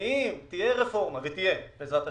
ואם תהיה רפורמה, ותהיה בעזרת השם,